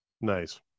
Nice